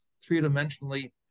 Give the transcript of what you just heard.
three-dimensionally